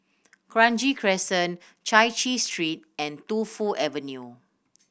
Kranji Crescent Chai Chee Street and Tu Fu Avenue